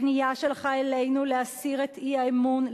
הפנייה שלך אלינו להסיר את אי-האמון,